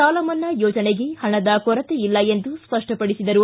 ಸಾಲಮನ್ನಾ ಯೋಜನೆಗೆ ಹಣದ ಕೊರತೆ ಇಲ್ಲ ಎಂದು ಸ್ಪಷ್ಟಪಡಿಸಿದ್ದಾರೆ